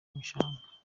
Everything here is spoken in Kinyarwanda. ibishanga